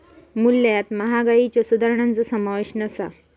मूल्यात महागाईच्यो सुधारणांचो समावेश नसा